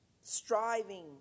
striving